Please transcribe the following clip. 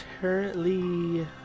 currently